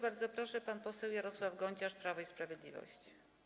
Bardzo proszę, pan poseł Jarosław Gonciarz, Prawo i Sprawiedliwość.